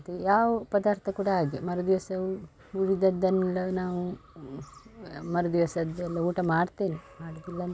ಮತ್ತೆ ಯಾವ ಪದಾರ್ಥ ಕೂಡ ಹಾಗೆ ಮರುದಿವಸವು ಉಳಿದದ್ದನ್ನೆಲ್ಲ ನಾವು ಮರುದಿವಸಯೆಲ್ಲ ಊಟ ಮಾಡ್ತೇನೆ ಮಾಡುವುದಿಲ್ಲ ಅಂತಿಲ್ಲ